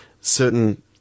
certain